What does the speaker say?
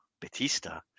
Batista